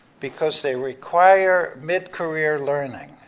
because they require mid-career learning.